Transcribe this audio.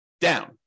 down